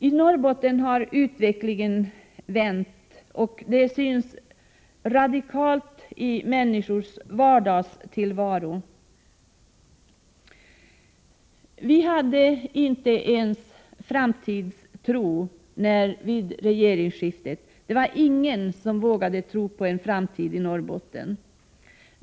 I Norrbotten har utvecklingen vänt, och det märks radikalt i människors vardagstillvaro. Vi hade inte ens framtidstro vid regeringsskiftet. Det var ingen som vågade tro på en framtid i Norrbotten.